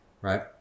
Right